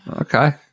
Okay